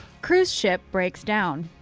cruise ship breaks down.